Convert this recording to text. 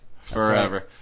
Forever